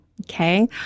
Okay